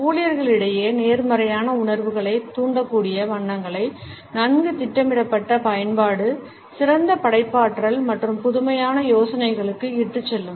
ஊழியர்களிடையே நேர்மறையான உணர்வுகளைத் தூண்டக்கூடிய வண்ணங்களை நன்கு திட்டமிடப்பட்ட பயன்பாடு சிறந்த படைப்பாற்றல் மற்றும் புதுமையான யோசனைகளுக்கு இட்டுச் செல்லும்